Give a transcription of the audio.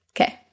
Okay